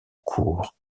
cours